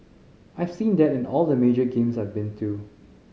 I've seen that in all the major games I've been too